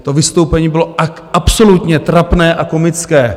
To vystoupení bylo absolutně trapné a komické.